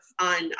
on